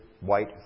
white